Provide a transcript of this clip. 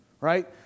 right